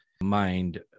mind